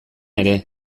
ere